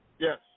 Yes